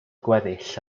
gweddill